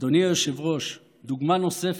אדוני היושב-ראש, דוגמה נוספת: